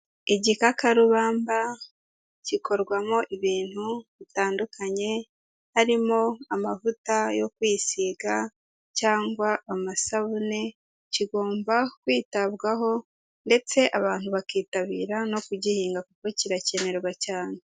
Igikakarubamba gikorwamo ibintu bitandukanye, harimo amavuta yo kwisiga, cyangwa amasabune, kigomba kwitabwaho, ndetse abantu bakitabira no kugihinga kuko kirakenerwa cyane.